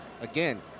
Again